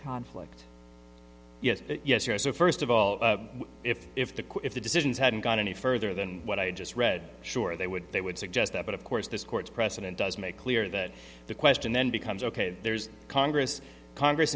conflict yes yes yes so first of all if if if the decisions hadn't gone any further than what i just read sure they would they would suggest that but of course this court's precedent does make clear that the question then becomes ok there's congress congress